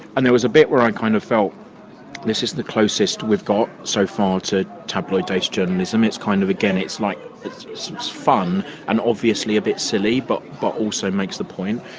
and there was a bit where i kind of felt this is the closest we've got so far to tabloid data journalism. kind of again, it's like sort of fun and obviously a bit silly but but also makes the point.